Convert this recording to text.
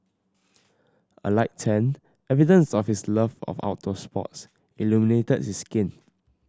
a light tan evidence of his love of outdoor sports illuminated his skin